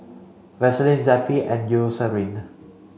Vaselin Zappy and Eucerin